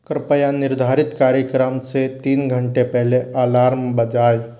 कृपया निर्धारित कार्यक्रम से तीन घंटे पहले अलार्म बजाएं